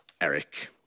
Eric